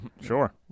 Sure